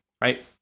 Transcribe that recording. right